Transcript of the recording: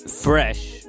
fresh